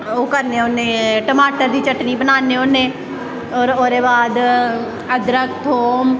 ओह् करने होन्ने टमाटर दी चटनी बनान्ने होन्ने और ओह्दे बाद अदरक थूम